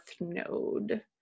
node